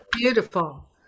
Beautiful